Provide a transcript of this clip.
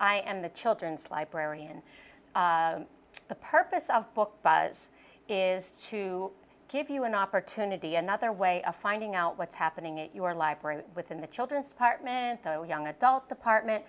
am the children's librarian the purpose of book buzz is to give you an opportunity another way of finding out what's happening at your library within the children's partment the young adult department